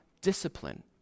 discipline